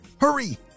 Hurry